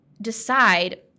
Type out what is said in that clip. decide –